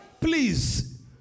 Please